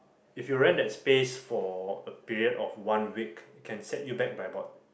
if you rent that space for a period of one week you can set you back by about